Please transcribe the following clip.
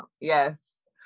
yes